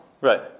Right